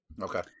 Okay